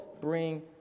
bring